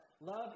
Love